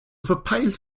verpeilt